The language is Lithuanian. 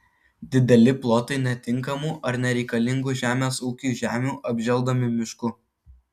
dideli plotai netinkamų ar nereikalingų žemės ūkiui žemių apželdomi mišku